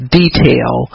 detail